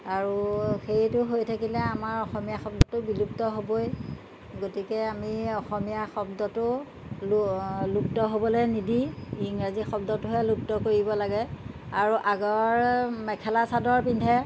আৰু সেইটো হৈ থাকিলে আমাৰ অসমীয়া শব্দটো বিলুপ্ত হ'বই গতিকে আমি অসমীয়া শব্দটো লুপ্ত হ'বলৈ নিদি ইংৰাজী শব্দটোহে লুপ্ত কৰিব লাগে আৰু আগৰ মেখেলা চাদৰ পিন্ধে